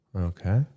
Okay